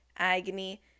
agony